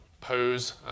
pose